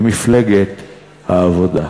למפלגת העבודה.